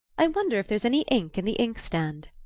i wonder if there's any ink in the inkstand?